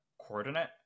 coordinate